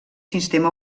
sistema